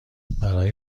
برای